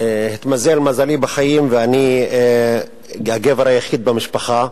התמזל מזלי בחיים ואני הגבר היחיד במשפחה,